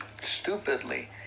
stupidly